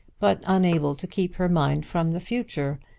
but unable to keep her mind from the future,